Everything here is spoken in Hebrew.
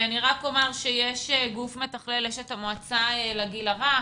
אני רק אומר שיש גוף מתכלל, יש את המועצה לגיל הרך